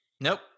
Nope